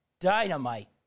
Dynamite